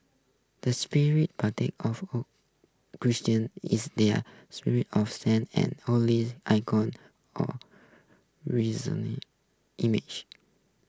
the of Christians is their of saints and holy icons or resaonly images